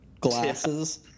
glasses